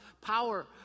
power